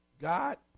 God